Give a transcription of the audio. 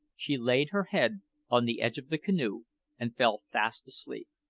she laid her head on the edge of the canoe and fell fast asleep.